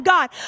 God